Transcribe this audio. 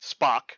Spock